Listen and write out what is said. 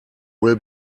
will